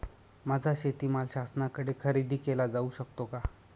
माझा शेतीमाल शासनाकडे खरेदी केला जाऊ शकतो का?